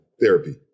therapy